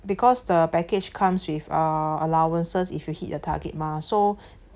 because the package comes with uh allowances if you hit the target mah so